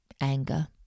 anger